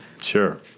Sure